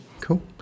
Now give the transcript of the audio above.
Cool